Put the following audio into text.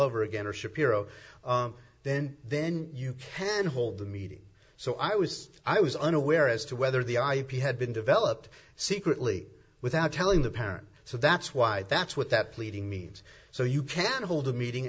over again or shapiro then then you can hold the meeting so i was i was unaware as to whether the ip had been developed secretly without telling the parent so that's why that's what that pleading means so you can hold a meeting